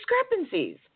discrepancies